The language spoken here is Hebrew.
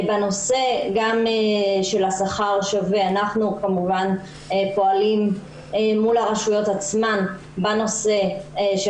בנושא של השכר השווה אנחנו כמובן פועלים מול הרשויות עצמן בנושא של